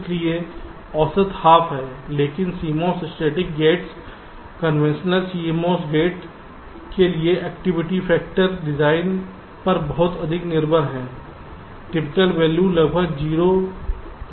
इसलिए औसत हाफ है लेकिन CMOS static gates conventional CMOS gates के लिएएक्टिविटी फैक्टर डिजाइन पर बहुत अधिक निर्भर है टिपिकल वैल्यू लगभग 01 है